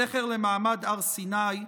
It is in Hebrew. זכר למעמד הר סיני.